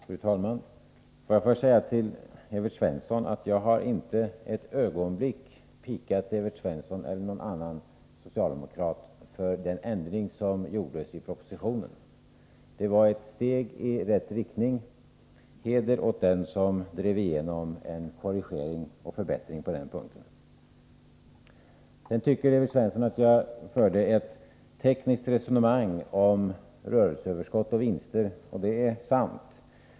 Fru talman! Får jag först säga till Evert Svensson att jag inte ett ögonblick har pikat Evert Svensson eller någon annan socialdemokrat för den ändring som gjordes i propositionen. Det var ett steg i rätt riktning. Heder åt den som drev igenom en korrigering och förbättring på den punkten! Evert Svensson tycker att jag förde ett tekniskt resonemang om rörelseöverskott och vinster. Det är sant.